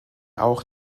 auch